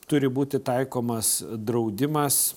turi būti taikomas draudimas